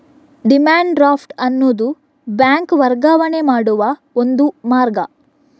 demand draft ಅನ್ನುದು bank ವರ್ಗಾವಣೆ ಮಾಡುವ ಒಂದು ಮಾರ್ಗ